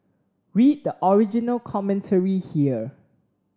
read the original commentary here